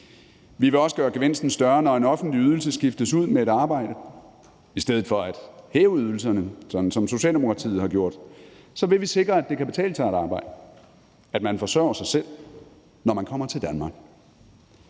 Vi vil også gøre gevinsten større, når en offentlig ydelse skiftes ud med et arbejde – i stedet for at hæve ydelserne, sådan som Socialdemokratiet har gjort. Så vil vi sikre, at det kan betale sig at arbejde, og at man forsørger sig selv, når man kommer til Danmark.